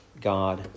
God